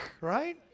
right